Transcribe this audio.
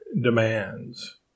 demands